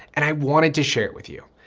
and i wanted to share it with you.